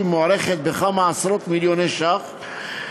מוערכת בכמה עשרות-מיליוני שקלים,